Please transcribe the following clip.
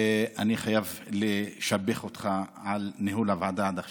ואני חייב לשבח אותך על ניהול הוועדה עד עכשיו.